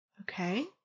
Okay